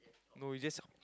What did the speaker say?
no you just